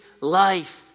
life